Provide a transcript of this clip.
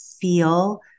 feel